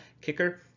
kicker